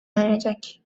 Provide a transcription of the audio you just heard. erecek